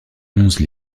onze